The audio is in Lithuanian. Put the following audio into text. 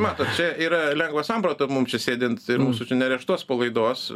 matot čia yra lengva samprata mums čia sėdint mūsų čia ne areštuos po laidos